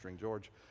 George